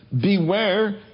Beware